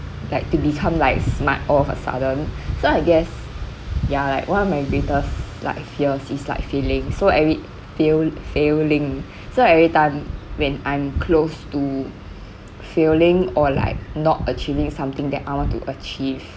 like to become like smart all of a sudden so I guess ya like one of my greatest like fears is like failing so every fail failing so every time when I'm close to failing or like not achieving something that I want to achieve